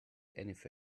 anything